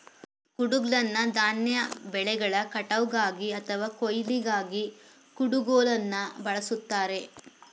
ಕುಡುಗ್ಲನ್ನ ಧಾನ್ಯ ಬೆಳೆಗಳ ಕಟಾವ್ಗಾಗಿ ಅಥವಾ ಕೊಯ್ಲಿಗಾಗಿ ಕುಡುಗೋಲನ್ನ ಬಳುಸ್ತಾರೆ